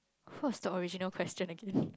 what's the original question again